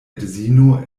edzino